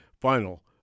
final